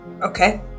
Okay